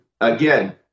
again